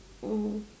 mm